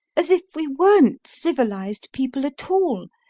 as if we weren't civilised people at all,